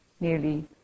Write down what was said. nearly